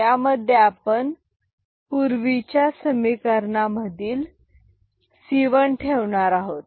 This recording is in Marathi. यामध्ये आपण पूर्वीच्या समिकरणा मधील सिवन ठेवणार आहोत